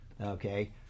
Okay